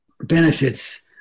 benefits